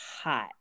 hot